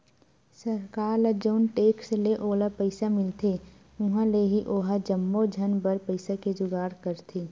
सरकार ल जउन टेक्स ले ओला पइसा मिलथे उहाँ ले ही ओहा जम्मो झन बर पइसा के जुगाड़ करथे